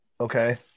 Okay